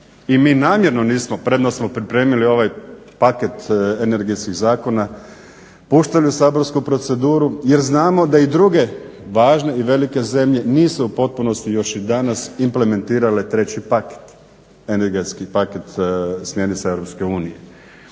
i mi namjerno nismo premda smo pripremili ovaj paket energetskih zakona puštali u saborsku proceduru jer znamo da i druge važne i velike zemlje nisu u potpunosti još i danas implementirale treći paket energetski paket smjernica EU.